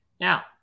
Now